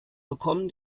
bekommen